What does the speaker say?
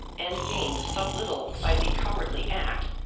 and gained so little by the cowardly act,